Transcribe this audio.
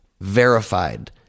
verified